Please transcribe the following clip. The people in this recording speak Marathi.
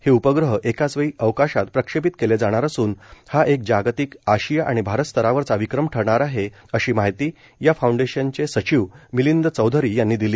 हे उपग्रह एकाच वेळी अवकाशात प्रक्षेपित केले जाणार असून हा एक जागतिक आशिया आणि भारत स्तरावरचा विक्रम ठरणार आहे अशी माहिती या फाऊंडेशनचे सचिव मिलिंद चौधरी यांनी दिली